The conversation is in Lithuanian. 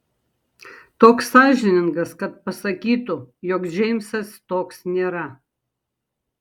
toks sąžiningas kad pasakytų jog džeimsas toks nėra